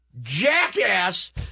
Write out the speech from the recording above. jackass